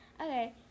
Okay